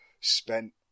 Spent